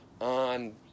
on